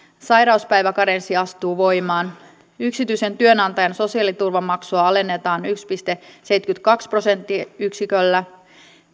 sairauspäiväkarenssi astuu voimaan yksityisen työnantajan sosiaaliturvamaksua alennetaan yhdellä pilkku seitsemälläkymmenelläkahdella prosenttiyksiköllä